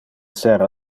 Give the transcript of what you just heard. esser